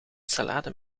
salade